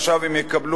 עכשיו הן יקבלו,